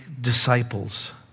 disciples